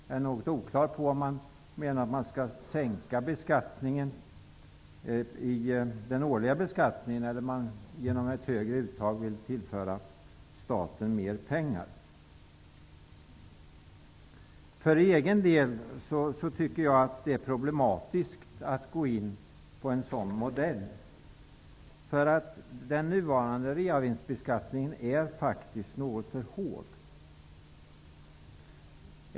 Jag är något oklar över om det innebär en sänkning av den årliga beskattningen eller att tillföra staten mer pengar genom ett högre uttag. Jag tycker att det är problematiskt att gå in på en sådan modell. Den nuvarande reavinstbeskattningen är faktiskt något för hård.